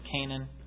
Canaan